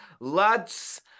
Lads